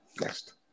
Next